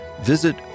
visit